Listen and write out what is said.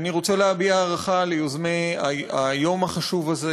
אני רוצה להביע הערכה ליוזמי היום החשוב הזה